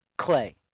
clay